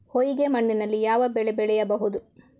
ಹೊಯ್ಗೆ ಮಣ್ಣಿನಲ್ಲಿ ಯಾವ ಬೆಳೆ ಬೆಳೆಯಬಹುದು?